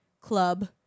club